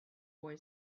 boy